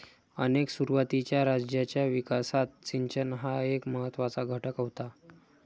अनेक सुरुवातीच्या राज्यांच्या विकासात सिंचन हा एक महत्त्वाचा घटक होता